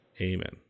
amen